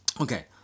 Okay